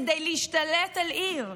כדי להשתלט על עיר.